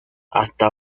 hasta